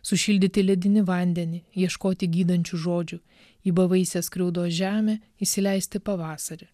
sušildyti ledinį vandenį ieškoti gydančių žodžių į bevaisę skriaudos žemę įsileisti pavasarį